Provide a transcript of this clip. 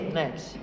next